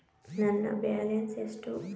ನನ್ನ ಬ್ಯಾಲೆನ್ಸ್ ಎಷ್ಟು?